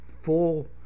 full